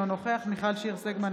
אינו נוכח מיכל שיר סגמן,